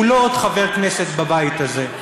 הוא לא עוד חבר כנסת בבית הזה,